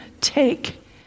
take